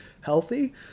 healthy